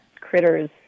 critters